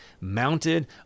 mounted